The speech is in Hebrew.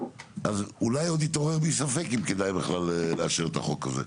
אז אולי עוד יתעורר בי ספק אם כדאי בכלל לאשר את החוק הזה.